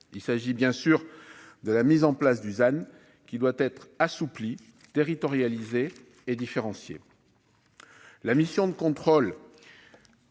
il s'agit bien sûr de la mise en place du qui doit être assouplie territorialisée et différencier la mission de contrôle